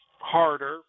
harder